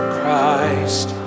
Christ